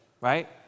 right